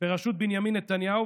בראשות בנימין נתניהו,